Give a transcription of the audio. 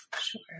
Sure